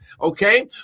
okay